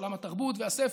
עולם התרבות והספר,